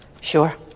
Sure